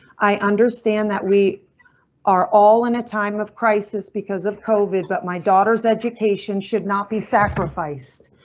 i understand that we are all in a time of crisis because of kovid, but my daughters education should not be sacrificed.